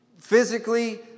physically